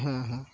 হ্যাঁ হ্যাঁ